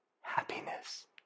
happiness